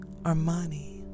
Armani